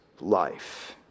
life